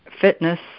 fitness